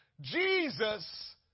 Jesus